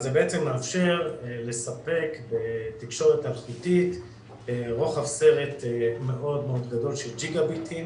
זה בעצם מאפשר לספק בתקשורת אלחוטית רוחב סרט מאוד גדול של ג'יגה-ביטים